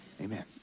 Amen